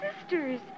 sisters